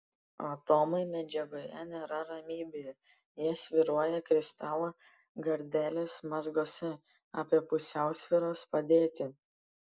atomai medžiagoje nėra ramybėje jie svyruoja kristalo gardelės mazguose apie pusiausvyros padėtį